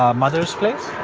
um mother's place?